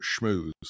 Schmooze